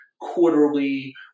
quarterly